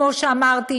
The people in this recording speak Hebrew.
כמו שאמרתי,